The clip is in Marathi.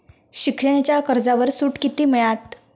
शिक्षणाच्या कर्जावर सूट किती मिळात?